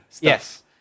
Yes